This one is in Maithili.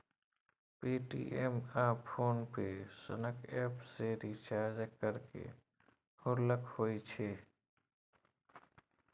पे.टी.एम आ फोन पे सनक एप्प सँ रिचार्ज करबा मे हल्लुक होइ छै